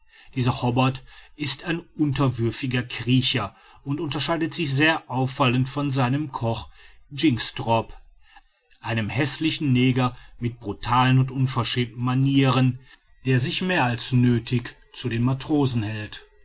dieser hobbart ist ein unterwürfiger kriecher und unterscheidet sich sehr auffallend von seinem koch jynxtrop einem häßlichen neger mit brutalen und unverschämten manieren der sich mehr als nöthig zu den matrosen hält